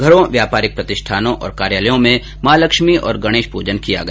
घरों व्यापारिक प्रतिष्ठानों और कार्यालयों में माँ लक्ष्मी और गणेश पूजन किया गया